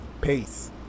Peace